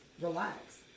relax